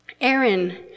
Aaron